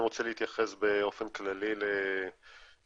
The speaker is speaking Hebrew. אני רוצה להתייחס באופן כללי למחויבות